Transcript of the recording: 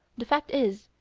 the fact is,